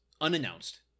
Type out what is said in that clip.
unannounced